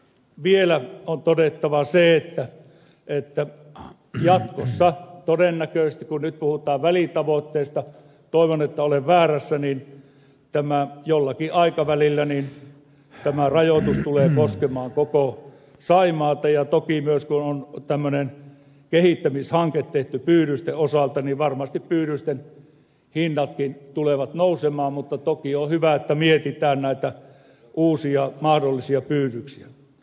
vielä on todettava se että jatkossa todennäköisesti kun nyt puhutaan välitavoitteista toivon että olen väärässä tämä rajoitus jollakin aikavälillä tulee koskemaan koko saimaata ja toki myös kun on tämmöinen kehittämishanke tehty pyydysten osalta niin varmasti pyydysten hinnatkin tulevat nousemaan mutta toki on hyvä että mietitään näitä uusia mahdollisia pyydyksiä